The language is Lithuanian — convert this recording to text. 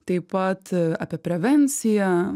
taip pat apie prevenciją